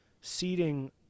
seating